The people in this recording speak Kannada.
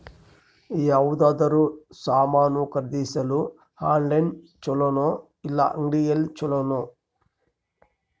ಯಾವುದಾದರೂ ಸಾಮಾನು ಖರೇದಿಸಲು ಆನ್ಲೈನ್ ಛೊಲೊನಾ ಇಲ್ಲ ಅಂಗಡಿಯಲ್ಲಿ ಛೊಲೊನಾ?